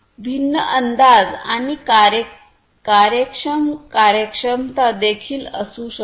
भिन्न अंदाज आणि कार्यक्षम कार्यक्षमता देखील असू शकते